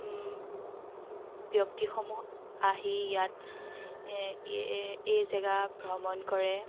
ব্যক্তিসমূহ আহি ইয়াত এই জেগা ভ্ৰমণ কৰে